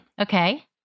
Okay